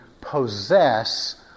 possess